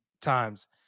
times